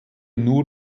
nur